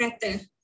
better